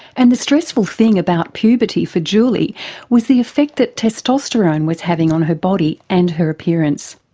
and the stressful thing about puberty for julie was the effect that testosterone was having on her body and her appearance.